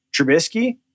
Trubisky